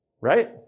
Right